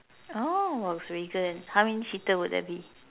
oh Volkswagen how many seater would that be